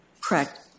Correct